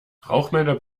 rauchmelder